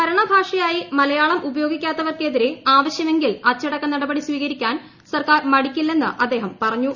ഭരണഭാഷയായി മലയാളം ഉപയോഗിക്കാത്തവർക്കെതിരെ ആവശ്യമെങ്കിൽ അച്ചടക്ക നടപടി സ്വീകരിക്കാൻ സർക്കാർ മടിക്കില്ലെന്ന് അദ്ദേഹം പറഞ്ഞു